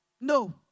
No